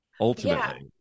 Ultimately